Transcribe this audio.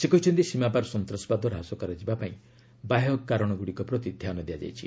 ସେ କହିଛନ୍ତି ସୀମାପାର ସନ୍ତାସବାଦ ହ୍ରାସ କରାଯିବା ପାଇଁ ବାହ୍ୟ କାରଣଗୁଡ଼ିକ ପ୍ରତି ଧ୍ୟାନ ଦିଆଯାଇଛି